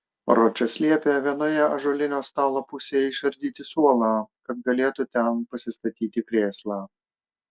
ročas liepė vienoje ąžuolinio stalo pusėje išardyti suolą kad galėtų ten pasistatyti krėslą